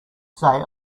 say